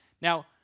Now